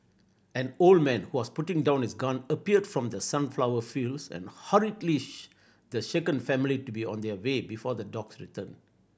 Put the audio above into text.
an old man who was putting down his gun appeared from the sunflower fields and hurriedly the shaken family to be on their way before the dogs return